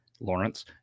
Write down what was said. Lawrence